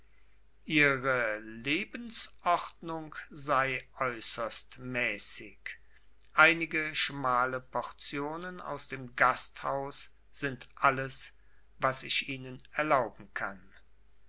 ihre lebensordnung sei äußerst mäßig einige schmale portionen aus dem gasthaus sind alles was ich ihnen erlauben kann